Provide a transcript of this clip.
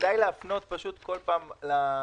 כדאי להפנות כל פעם לסעיפים.